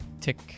Tick